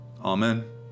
amen